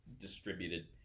distributed